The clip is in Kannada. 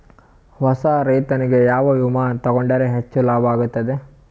ಹೊಸಾ ರೈತನಿಗೆ ಯಾವ ವಿಮಾ ತೊಗೊಂಡರ ಹೆಚ್ಚು ಲಾಭ ಆಗತದ?